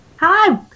Hi